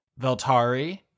Veltari